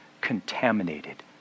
contaminated